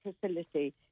facility